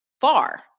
far